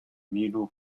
communal